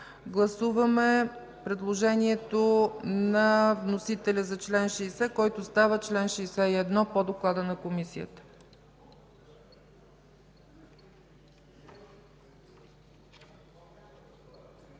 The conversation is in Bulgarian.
Гласуваме предложението на вносителя за чл. 60, който става чл. 61, по доклада на Комисията.